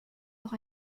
noch